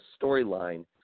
storyline